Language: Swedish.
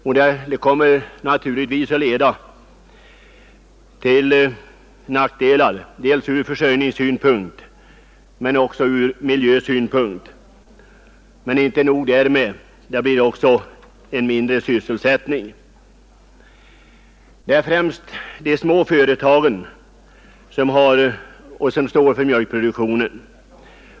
Det kommer naturligtvis att innebära nackdelar ur försörjningssynpunkt men också ur miljösynpunkt. Och inte nog därmed, det blir också mindre sysselsättning. Det är främst de små företagen som står för mjölkproduktionen.